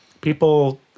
people